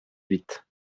huit